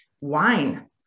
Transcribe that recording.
wine